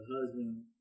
husband